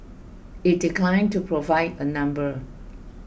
it declined to provide a number